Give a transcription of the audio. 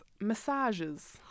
massages